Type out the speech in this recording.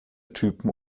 typen